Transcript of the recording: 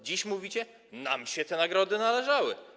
Dziś mówicie: nam się te nagrody należały.